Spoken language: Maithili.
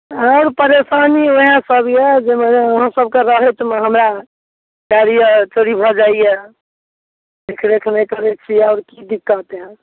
बहुत परेशानीमे पड़लहुॅं चोरी भऽ जाइया देखियौ कनि की दिक्कत हइ